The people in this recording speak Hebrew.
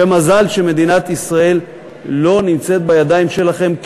ומזל שמדינת ישראל לא נמצאת בידיים שלכם,